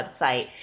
website